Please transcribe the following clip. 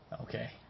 Okay